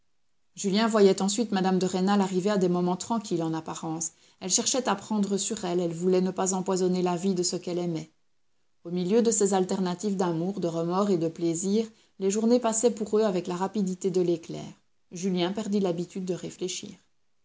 julien voyait ensuite mme de rênal arriver à des moments tranquilles en apparence elle cherchait à prendre sur elle elle voulait ne pas empoisonner la vie de ce qu'elle aimait au milieu de ces alternatives d'amour de remords et de plaisir les journées passaient pour eux avec la rapidité de l'éclair julien perdit l'habitude de réfléchir